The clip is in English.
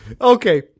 Okay